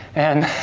and